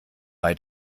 bei